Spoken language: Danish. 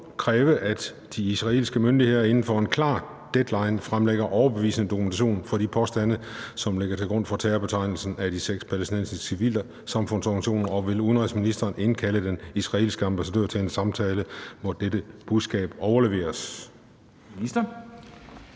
at de israelske myndigheder inden for en klar deadline fremlægger overbevisende dokumentation for de påstande, som ligger til grund for terrorbetegnelsen af de seks palæstinensiske civilsamfundsorganisationer, og vil udenrigsministeren indkalde den israelske ambassadør til en samtale, hvor dette budskab overleveres? Formanden